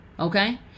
Okay